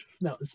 No